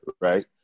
right